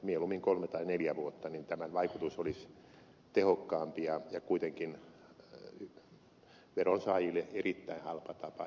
mieluummin kolme tai neljä vuotta niin tämän vaikutus olisi tehokkaampi ja kuitenkin veronsaajille erittäin halpa tapa edistää investointeja